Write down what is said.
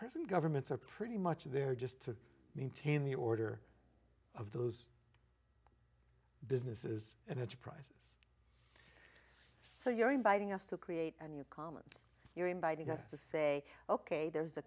present governments are pretty much there just to maintain the order of those businesses and its prices so you're inviting us to create a new commons you're inviting us to say ok there's the